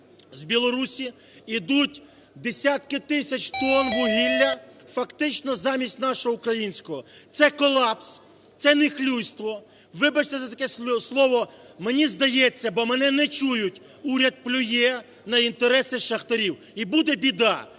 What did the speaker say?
з Білорусії ідуть десятки тисяч тонн вугілля фактично замість нашого українського. Це колапс. Це нехлюйство. Вибачте, за таке слово. Мені здається, бо мене не чують, уряд плює на інтереси шахтарів. І буде біда.